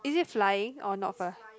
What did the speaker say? is it flying or not offer